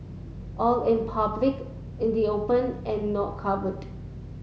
all in public in the open and not covered